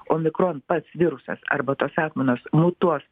omikron pats virusas arba tos atmainos mutuos